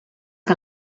que